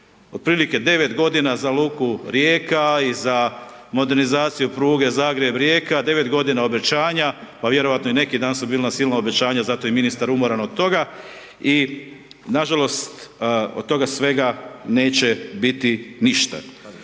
otprilike 9 g. za luku Rijeka i za modernizaciju pruge Zagreb-Rijeka, 9 g. obećanja, pa vjerovatno su i neki dan su bila silna obećanja, zato je i ministar umoran od toga, nažalost od toga svega neće biti ništa.